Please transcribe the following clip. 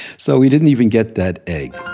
so we didn't even get that egg.